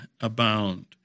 abound